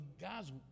guys